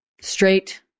straight